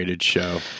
show